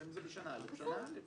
אם זה בשנה א', בשנה א'.